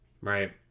Right